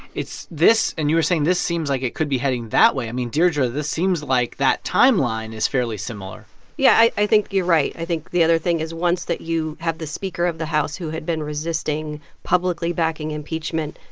it's this and you were saying this seems like it could be heading that way. i mean, deirdre, this seems like that timeline is fairly similar yeah, i i think you're right. i think the other thing is once that you have the speaker of the house, who had been resisting publicly backing impeachment,